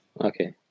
Okay